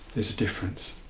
there's a difference